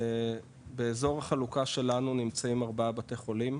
באזור חלוקה שלנו נמצאים ארבעה בתי חולים,